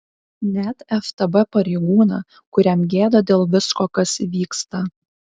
net ftb pareigūną kuriam gėda dėl visko kas vyksta